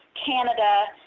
canada,